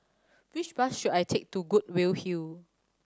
which bus should I take to Goodwood Hill